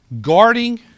Guarding